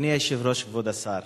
אדוני היושב-ראש, כבוד השר,